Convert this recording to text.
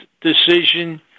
decision